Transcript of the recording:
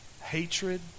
hatred